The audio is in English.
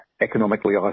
economically